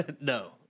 No